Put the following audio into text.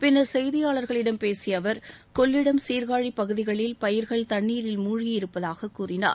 பின்னர் செய்தியாளர்களிடம் பேசிய அவர் கொள்ளிடம் சீர்காழி பகுதிகளில் பயிர்கள் தண்ணீரில் முழ்கியிருப்பதாகக் கூறினார்